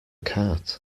cart